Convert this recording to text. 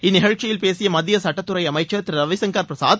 இந்நிகழ்ச்சியில் பேசிய மத்திய சட்டத்துறை அமைச்சர் திரு ரவிசங்கர் பிரசாத்